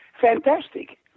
fantastic